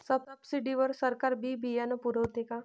Subsidy वर सरकार बी बियानं पुरवते का?